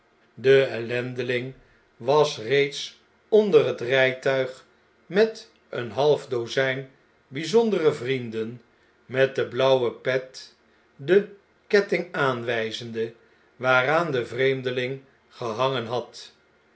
de ellendeling was reeds onder het rijtuig met een half dozijn bfizondere vrienden met de blauwe pet den ketting aanwjjzende waaraan de vreemdeling gehangen had